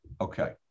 okay